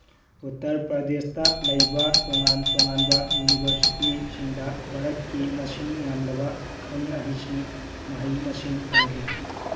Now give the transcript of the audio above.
ꯎꯇꯔ ꯄ꯭ꯔꯗꯦꯁꯇ ꯂꯩꯕ ꯇꯣꯉꯥꯟ ꯇꯣꯉꯥꯟꯕ ꯌꯨꯅꯤꯚꯔꯁꯤꯇꯤꯁꯤꯡꯗ ꯚꯥꯔꯠꯀꯤ ꯃꯁꯤꯡ ꯌꯥꯝꯂꯕ ꯑꯈꯪ ꯑꯍꯩꯁꯤꯡ ꯃꯍꯩ ꯃꯁꯤꯡ ꯇꯝꯈꯤ